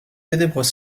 ténèbres